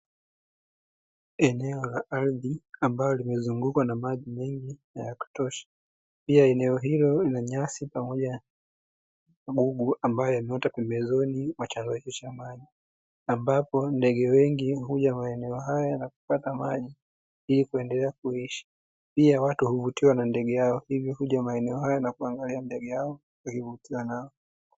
Eneo la ardhi ambalo limezungukwa na maji mengi na yakutosha, pia eneo hilo lina nyasi pamoja na magugu ambayo yameota pembezoni mwa chanzo hicho cha maji. Ambapo ndege wengi huja maeneo haya na kupata maji ilikuendelea kuishi. Pia watu huvutiwa na ndege hao hivyo huja maeneo haya na kuangalia ndege hao waliovutiwa nao.